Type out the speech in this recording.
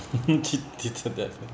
cheat cheated death